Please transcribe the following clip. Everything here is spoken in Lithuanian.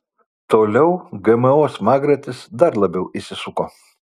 toliau gmo smagratis dar labiau įsisuko